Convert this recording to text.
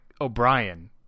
O'Brien